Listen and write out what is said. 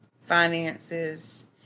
finances